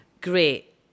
Great